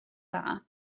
dda